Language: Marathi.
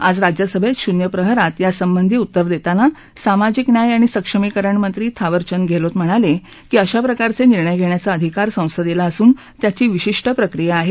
आज राज्यसभेत शून्य प्रहरात यासंबधी उत्तर देताना सामाजिक न्याय आणि सक्षमीकरणमंत्री थावरचंद गेहलोत म्हणाले की अशाप्रकारचे निर्णय घेण्याचा अधिकार संसदेला असून त्याची विशिष्ट प्रक्रिया आहे